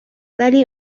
ولی